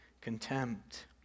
contempt